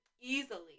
easily